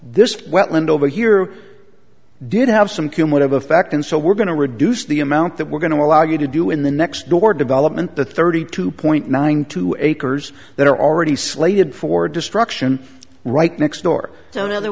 this wetland over here did have some cumin of effect and so we're going to reduce the amount that we're going to allow you to do in the next door development the thirty two point nine two acres that are already slated for destruction right next door so in other